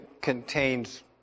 contains